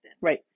Right